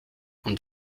und